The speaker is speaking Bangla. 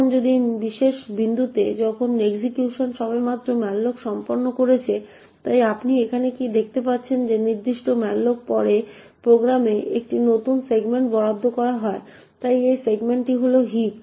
এখন এই বিশেষ বিন্দুতে যখন এক্সিকিউশন সবেমাত্র malloc সম্পন্ন হয়েছে তাই আপনি এখানে কি দেখতে পাচ্ছেন যে এই নির্দিষ্ট malloc পরে প্রোগ্রামে একটি নতুন সেগমেন্ট বরাদ্দ করা হয় তাই এই সেগমেন্টটি হল হিপ